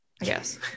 yes